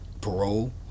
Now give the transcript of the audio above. parole